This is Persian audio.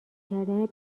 کردن